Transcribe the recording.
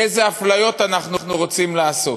איזה אפליות אנחנו רוצים לעשות?